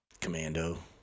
Commando